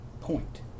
point